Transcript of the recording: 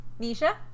Nisha